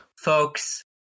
folks